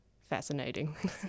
fascinating